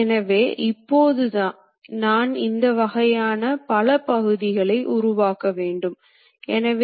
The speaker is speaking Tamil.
எனவே இந்த இயந்திரங்கள் வேகமாக வளர்ந்தன மற்றும் புரிந்துகொள்ளப்பட்டன